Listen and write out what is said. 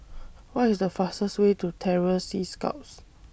What IS The fastest Way to Terror Sea Scouts